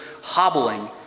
hobbling